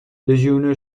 لژیونر